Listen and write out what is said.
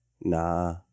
nah